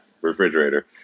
refrigerator